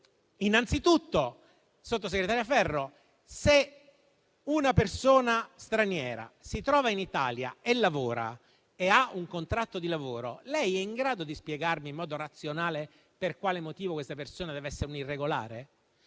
Anzitutto, sottosegretaria Ferro, se una persona straniera si trova in Italia e ha un contratto di lavoro, è in grado di spiegarmi in modo razionale per quale motivo debba essere un irregolare?